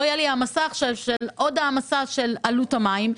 לא יהיה מסך של עוד העמסה של עלות המים,